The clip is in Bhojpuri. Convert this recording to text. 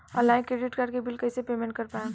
ऑनलाइन क्रेडिट कार्ड के बिल कइसे पेमेंट कर पाएम?